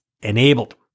enabled